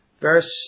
verse